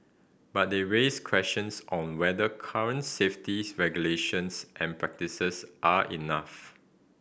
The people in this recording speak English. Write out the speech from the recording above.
but they raise questions on whether current safety regulations and practices are enough